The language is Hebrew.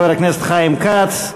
חבר הכנסת חיים כץ.